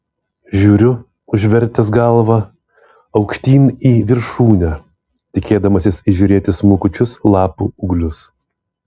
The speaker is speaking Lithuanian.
žiūriu užvertęs galvą aukštyn į viršūnę tikėdamasis įžiūrėti smulkučius lapų ūglius